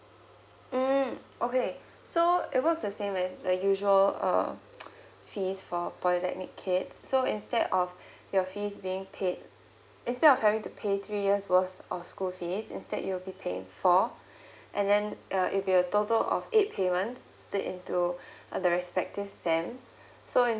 mm okay so it works the same way the usual uh fees for polytechnic kids so instead of your fee being paid instead of having to pay three years worth of school fee instead you'll be paying for and then uh it'll be a total of eight payments split into uh the respective sem so in